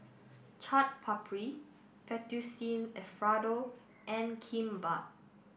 Chaat Papri Fettuccine Alfredo and Kimbap